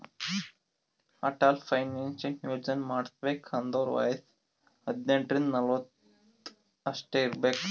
Atal pension ಯೋಜನಾ ಮಾಡುಸ್ಬೇಕ್ ಅಂದುರ್ ವಯಸ್ಸ ಹದಿನೆಂಟ ರಿಂದ ನಲ್ವತ್ ಅಷ್ಟೇ ಇರ್ಬೇಕ್